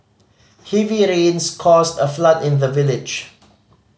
heavy rains caused a flood in the village